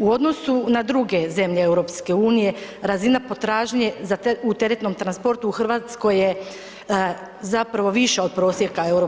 U odnosu na druge zemlje EU razina potražnje za, u teretnom transportu u Hrvatskoj je zapravo više od prosjeka EU,